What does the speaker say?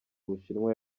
ubushinwa